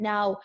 Now